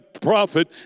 prophet